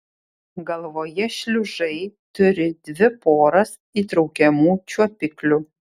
galvoje šliužai turi dvi poras įtraukiamų čiuopiklių